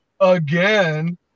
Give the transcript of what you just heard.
again